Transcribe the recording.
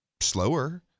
slower